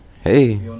hey